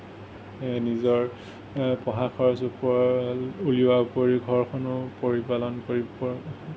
নিজৰ পঢ়া খৰচ ওপৰ উলিওৱাৰ ওপৰিও ঘৰখনৰো পৰিপালন কৰিপ